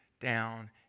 down